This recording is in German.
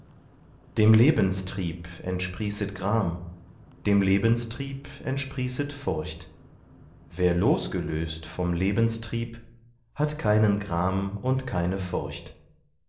dem lebenstrieb entsprießet gram dem lebenstrieb entsprießet furcht wer losgelöst vom lebenstrieb hat keinen gram und keine furcht